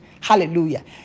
Hallelujah